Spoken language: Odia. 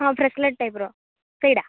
ହଁ ବ୍ରେସଲେଟ୍ ଟାଇପର ସେଇଟା